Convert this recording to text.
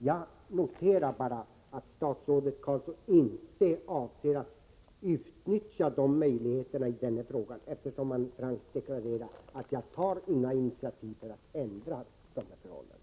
Jag noterar bara att statsrådet Carlsson inte avser att utnyttja de möjligheterna i denna fråga, eftersom han frankt deklarerar att ”jag tar inga initiativ för att ändra de här förhållandena”.